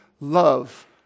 love